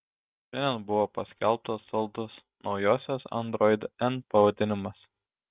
šiandien buvo paskelbtas saldus naujosios android n pavadinimas